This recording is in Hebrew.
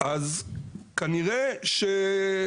במקום שכבר יש חזיריות,